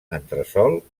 entresòl